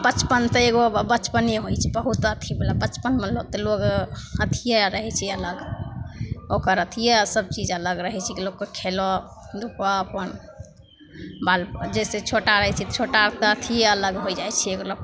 बचपन तऽ एगो बचपने होइ छै बहुत अथीवला बचपनमे तऽ लोक अथिए रहै छै अलग ओकर अथिए सबचीज अलग रहै छिकै लोकके खेलऽ धुपऽ अपन बाल जइसे छोटा रहै छै तऽ छोटाके तऽ अथिए अलग होइ जाइ छै लोकके